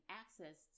access